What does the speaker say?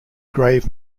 grave